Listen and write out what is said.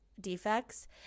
defects